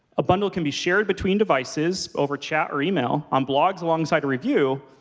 a bundle can be shared between devices, over chat or email, on blogs alongside a review,